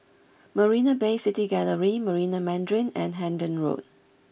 Marina Bay City Gallery Marina Mandarin and Hendon Road